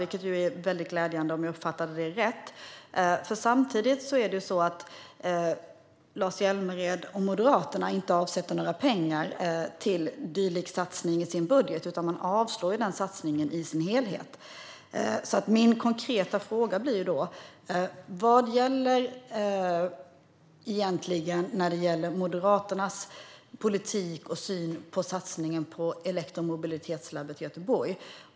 Detta är väldigt glädjande om jag uppfattade dig rätt. Samtidigt avsätter dock inte Lars Hjälmered och Moderaterna några pengar till denna satsning i sin budget, utan man avstyrker satsningen i dess helhet. Min konkreta fråga blir då: Vad gäller egentligen i fråga om Moderaternas politik och deras syn på satsningen på elektromobilitetslabbet i Göteborg?